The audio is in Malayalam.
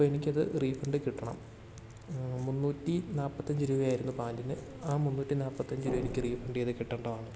അപ്പോൾ എനിക്കത് റീഫണ്ട് കിട്ടണം മുന്നൂറ്റി നാൽപ്പത്തഞ്ച് രൂപയായിരുന്നു പാൻറ്റിന് ആ മുന്നൂറ്റി നാപ്പത്തഞ്ച് രൂപ എനിക്ക് റീഫണ്ട് ചെയ്ത് കിട്ടേണ്ടതാണ്